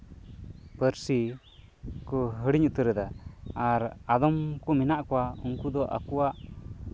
ᱯᱟᱹᱨᱥᱤ ᱠᱚ ᱦᱤᱲᱤᱧ ᱩᱛᱟᱹᱨᱮᱫᱟ ᱟᱨ ᱟᱫᱚᱢ ᱠᱚ ᱢᱮᱱᱟᱜ ᱠᱚᱣᱟ ᱩᱱᱠᱩ ᱫᱚ ᱟᱠᱚᱣᱟᱜ